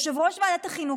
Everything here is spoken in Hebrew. יושב-ראש ועדת החינוך,